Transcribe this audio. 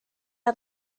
are